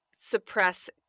suppress